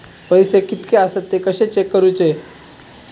पैसे कीतके आसत ते कशे चेक करूचे?